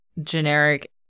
generic